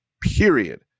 period